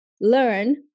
learn